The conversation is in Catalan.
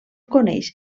coneix